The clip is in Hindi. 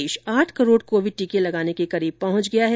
देश आठ करोड़ कोविड टीके लगाने के करीब पहुंच गया है